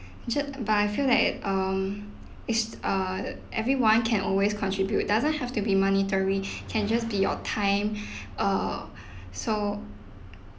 ju~ but I feel that um it's uh the everyone can always contribute doesn't have to be monetary can just be your time uh so